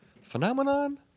phenomenon